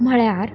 म्हळ्यार